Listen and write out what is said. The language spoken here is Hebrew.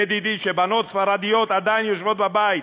ידידי, שבנות ספרדיות עדיין יושבת בבית,